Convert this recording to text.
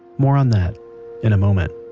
more on that in a moment